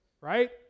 right